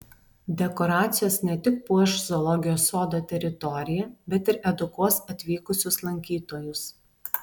dekoracijos ne tik puoš zoologijos sodo teritoriją bet ir edukuos atvykusius lankytojus